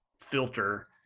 filter